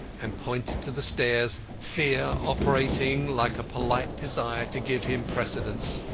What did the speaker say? and pointed to the stairs, fear operating like a polite desire to give him precedence.